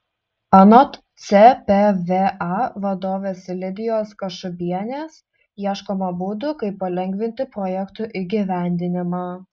anot cpva vadovės lidijos kašubienės ieškoma būdų kaip palengvinti projektų įgyvendinimą